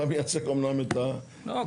אתה מייצג אמנם את --- לא,